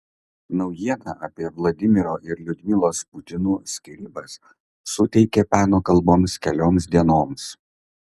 naujiena apie vladimiro ir liudmilos putinų skyrybas suteikė peno kalboms kelioms dienoms